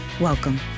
Welcome